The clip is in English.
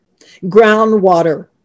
groundwater